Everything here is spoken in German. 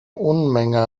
unmenge